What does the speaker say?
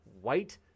white